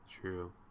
True